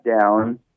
down